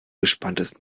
gespanntes